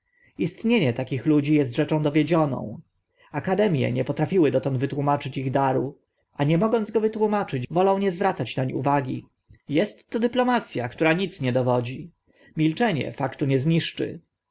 istnienie takich ludzi est rzeczą dowiedzioną akademie nie potrafiły dotąd wytłumaczyć ich daru a nie mogąc go wytłumaczyć wolą nie zwracać nań uwagi jest to dyplomac a która nic nie dowodzi milczenie faktu nie zniszczy